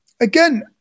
again